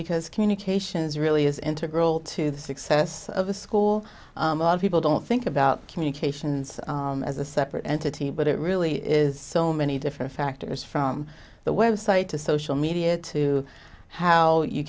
because communications really is integral to the success of a school a lot of people don't think about communications as a separate entity but it really is so many different factors from the web site to social media to how you